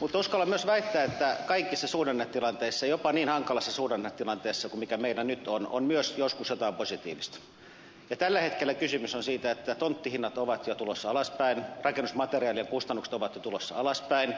mutta uskallan myös väittää että kaikissa suhdannetilanteissa jopa niin hankalassa suhdannetilanteessa kuin mikä meillä nyt on on myös joskus jotain positiivista ja tällä hetkellä kysymys on siitä että tonttihinnat ovat jo tulossa alaspäin rakennusmateriaalien kustannukset ovat jo tulossa alaspäin